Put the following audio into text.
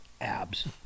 Abs